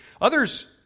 Others